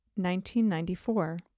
1994